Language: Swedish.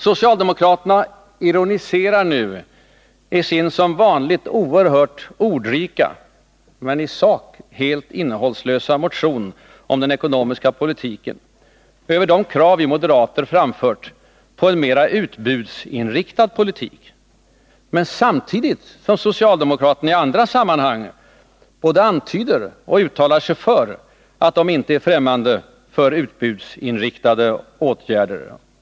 Socialdemokraterna ironiserar nu i sin, som vanligt oerhört ordrika men i sak helt innehållslösa, motion om den ekonomiska politiken över de krav vi moderater framfört på en mera utbudsinriktad politik, samtidigt som de i andra sammanhang både antyder och uttalar att de inte är främmande för utbudsinriktade åtgärder.